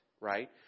right